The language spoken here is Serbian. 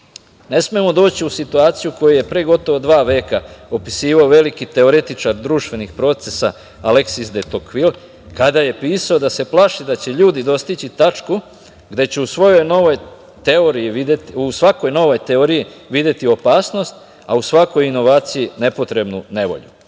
smemo doći u situaciju, koju je pre gotovo dva veka opisivao veliki teoretičar društvenih procesa, Aleksis Detokvir, kada je pisao da se plaši da će ljudi dostići tačku gde će u svojoj novoj teoriji videti, u svakoj novoj teoriji videti opasnost, a u svakoj inovaciji nepotrebnu nevolju.